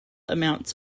amounts